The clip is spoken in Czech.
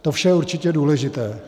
To vše je určitě důležité.